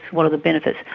what are the benefits,